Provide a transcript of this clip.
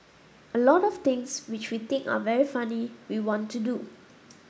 a lot of things which we think are very funny we want to do